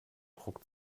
druck